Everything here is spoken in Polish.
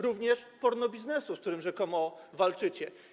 również pornobiznesu, z którym rzekomo walczycie.